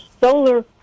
Solar